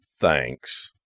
thanks